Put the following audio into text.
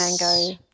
mango